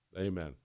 Amen